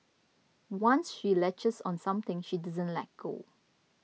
once she latches on something she doesn't let go